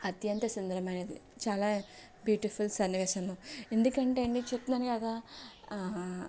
అత్యంత సుందరమైనది చాలా బ్యూటిఫుల్ సన్నివేశము ఎందుకంటే అండి చెప్తున్నాను గదా